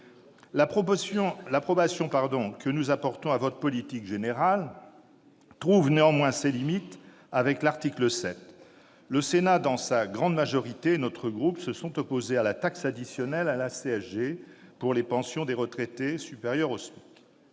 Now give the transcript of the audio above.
L'approbation que nous apportons à votre politique générale trouve néanmoins ses limites avec l'article 7. Le Sénat dans sa grande majorité et notre groupe en particulier se sont opposés à la taxe additionnelle à la CSG pour les pensions des retraités supérieures au SMIC.